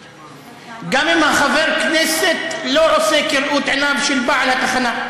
גם אם חבר הכנסת לא עושה כראות עיניו של בעל התחנה,